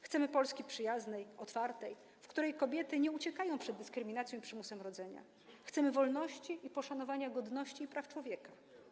Chcemy Polski przyjaznej, otwartej, w której kobiety nie uciekają przed dyskryminacją i przymusem rodzenia, chcemy wolności i poszanowania godności i praw człowieka.